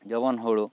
ᱡᱮᱢᱚᱱ ᱦᱳᱲᱳ